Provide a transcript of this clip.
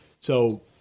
so-